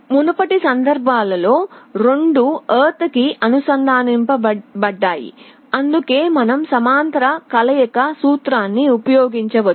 మునుపటి సందర్భాల్లో రెండూ ఎర్త్ కి అనుసంధానించబడ్డాయి అందుకే మనం సమాంతర కలయిక సూత్రాన్ని ఉపయోగించవచ్చు